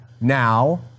now